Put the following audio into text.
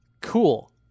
cool